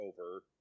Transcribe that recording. over